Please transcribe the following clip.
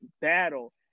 battle